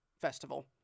festival